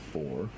Four